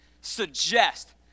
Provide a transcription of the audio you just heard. suggest